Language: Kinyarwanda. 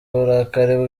uburakari